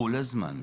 כל הזמן.